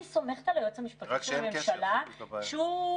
אני סומכת על היועץ המשפטי של הממשלה שהוא כמובן